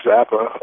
Zappa